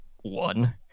one